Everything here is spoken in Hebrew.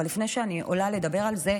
אבל לפני שאני עולה לדבר על זה,